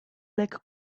like